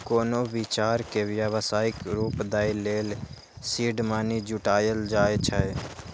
कोनो विचार कें व्यावसायिक रूप दै लेल सीड मनी जुटायल जाए छै